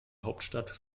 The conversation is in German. hauptstadt